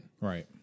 Right